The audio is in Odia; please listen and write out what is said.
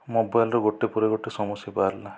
ମୋବାଇଲର ଗୋଟିଏ ପରେ ଗୋଟିଏ ସମସ୍ୟା ବାହାରିଲା